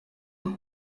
enye